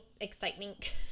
excitement